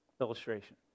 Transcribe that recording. Illustration